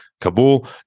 Kabul